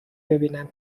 ببینم